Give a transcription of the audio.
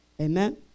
Amen